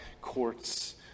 courts